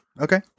Okay